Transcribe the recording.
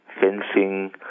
fencing